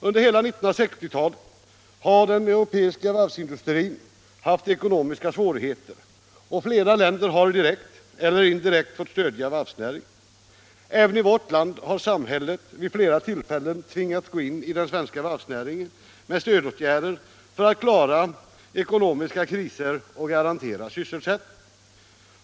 Under hela 1960-talet har den europeiska varvsindustrin haft ekonomiska svårigheter, och flera länder har direkt eller indirekt fått stödja varvsnäringen. Även i vårt land har samhället vid flera tillfällen tvingats gå in i varvsnäringen med stödåtgärder för att klara ekonomiska kriser och garantera sysselsättningen.